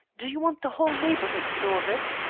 do you want the whole neighborhood to know of it?